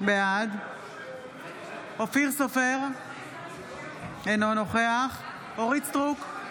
בעד אופיר סופר, אינו נוכח אורית מלכה סטרוק,